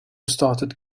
started